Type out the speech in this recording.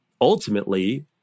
ultimately